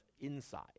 inside